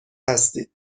هستید